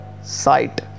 Sight